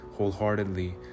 Wholeheartedly